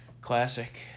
Classic